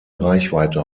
reichweite